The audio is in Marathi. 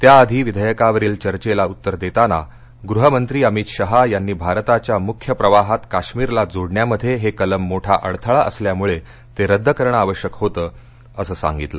त्याआधी विधेयकावरील चर्चेला उत्तर देताना गृह मंत्री अमित शहा यांनी भारताच्या मुख्य प्रवाहात काश्मीरला जोडण्यामध्ये हे कलम मोठा अडथळा असल्यामुळे ते रद्द करणं आवश्यक होतं असं सांगितलं